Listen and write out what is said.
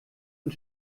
und